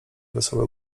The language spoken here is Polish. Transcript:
wesołe